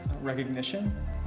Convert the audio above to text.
recognition